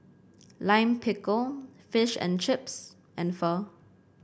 Lime Pickle Fish and Chips and Pho